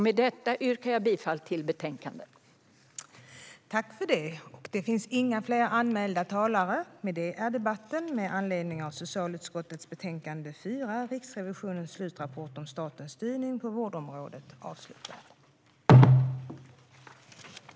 Med detta yrkar jag bifall till utskottets förslag i betänkandet.